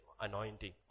anointing